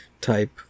type